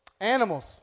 Animals